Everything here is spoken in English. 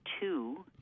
two